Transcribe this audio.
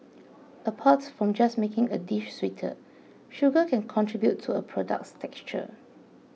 apart from just making a dish sweeter sugar can contribute to a product's texture